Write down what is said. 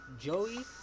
Joey